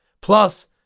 Plus